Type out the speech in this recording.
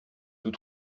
tous